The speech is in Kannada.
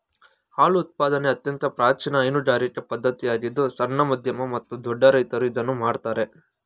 ಹಾಲು ಉತ್ಪಾದನೆ ಅತ್ಯಂತ ಪ್ರಾಚೀನ ಹೈನುಗಾರಿಕೆ ಪದ್ಧತಿಯಾಗಿದ್ದು ಸಣ್ಣ, ಮಧ್ಯಮ ಮತ್ತು ದೊಡ್ಡ ರೈತ್ರು ಇದನ್ನು ಮಾಡ್ತರೆ